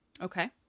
okay